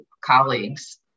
colleagues